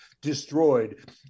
destroyed